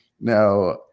Now